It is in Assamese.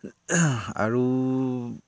আৰু